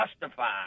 justify